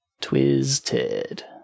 Twisted